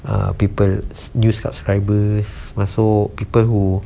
err people new subscribers masuk people who